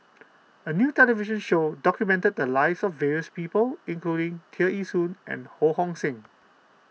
a new television show documented the lives of various people including Tear Ee Soon and Ho Hong Sing